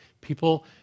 People